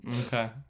okay